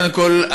קודם כול,